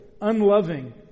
unloving